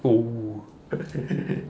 oh